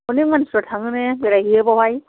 अनेक मानसिफ्रा थाङो ने बेरायहैयो बेवहाय